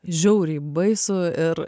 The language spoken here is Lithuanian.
žiauriai baisu ir